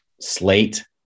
slate